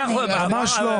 ממש לא.